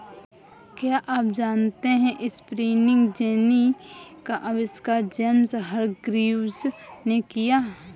क्या आप जानते है स्पिनिंग जेनी का आविष्कार जेम्स हरग्रीव्ज ने किया?